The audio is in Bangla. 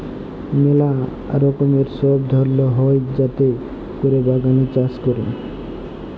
ম্যালা রকমের সব ধরল হ্যয় যাতে ক্যরে বাগানে চাষ ক্যরে